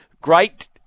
great